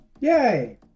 Yay